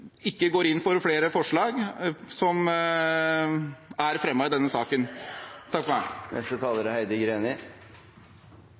ikke går inn for flere forslag som er fremmet i denne saken.